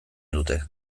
dute